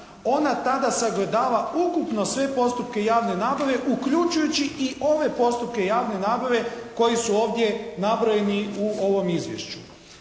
ona tada sagledava ukupno sve postupke javne nabave uključujući i ove postupke javne nabave koji su ovdje nabrojeni u ovom izvješću.